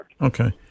Okay